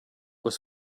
was